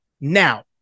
Now